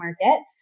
market